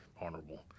honorable